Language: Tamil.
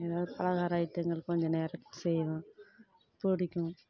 எதாவது பலகார ஐட்டங்கள் கொஞ்சம் நேரம் செய்வேன் பிடிக்கும்